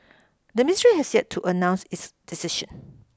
the ministry has yet to announce its decision